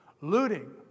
Looting